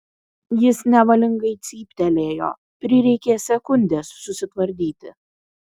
jis nevalingai cyptelėjo prireikė sekundės susitvardyti